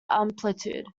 amplitude